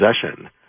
possession